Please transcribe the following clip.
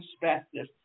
perspective